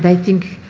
think